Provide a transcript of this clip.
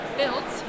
built